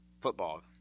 football